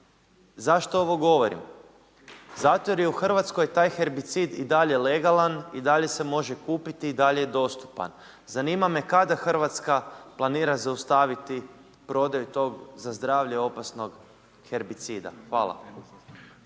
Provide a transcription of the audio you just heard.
Zašto ovo govorim? Zato jer je u RH taj herbicid i dalje legalan i dalje se može kupiti i dalje je dostupan. Zanima me kada RH planira zaustaviti prodaju tog za zdravlje opasnog herbicida? Hvala.